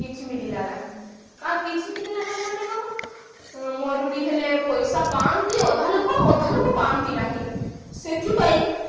କିଛି ମିଳିଲା ନାହିଁ କା କିଛି ମିଳିଲା ନାହିଁ ମାନେ କ'ଣ ମରୁଡ଼ି ହେଲେ ପଇସା ପାଆନ୍ତି ଅଧା ଲୋକ ଅଧା ଲୋକ ପାଆନ୍ତି ନାହିଁ ସେଥିପାଇଁ